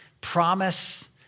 promise